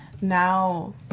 now